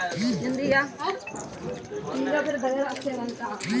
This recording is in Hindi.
मैं अपने क्रेडिट कार्ड का पिन रिसेट कैसे कर सकता हूँ?